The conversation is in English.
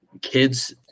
kids